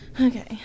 Okay